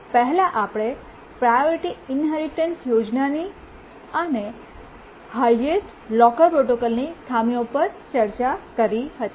પહેલાં આપણે priority inheritance યોજનાની અને હાયેસ્ટ લોકર પ્રોટોકોલની ખામીઓ પર ચર્ચા કરી હતી